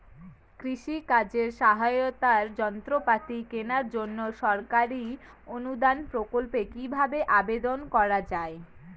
কৃষি কাজে সহায়তার যন্ত্রপাতি কেনার জন্য সরকারি অনুদান প্রকল্পে কীভাবে আবেদন করা য়ায়?